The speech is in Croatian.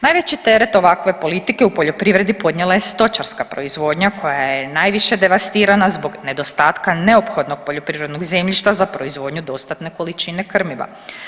Najveći teret ovakve politike u poljoprivredi podnijela je stočarska proizvodnja koja je najviše devastirana zbog nedostatka neophodnog poljoprivrednog zemljišta za proizvodnju dostatne količine krmiva.